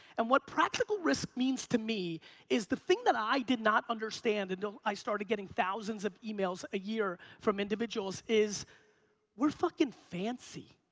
and what practical risk means to me is the thing that i did not understand until i started thousands of emails a year from individuals is we're fucking fancy.